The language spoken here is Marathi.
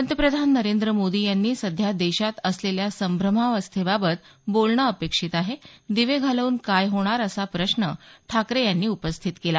पंतप्रधान नरेंद्र मोदी यांनी सध्या देशात असलेल्या संभ्रमावस्थेबाबत बोलणं अपेक्षित आहे दिवे घालवून काय होणार असा प्रश्न ठाकरे यांनी उपस्थित केला